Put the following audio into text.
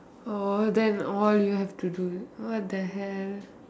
oh then all you have to do what the hell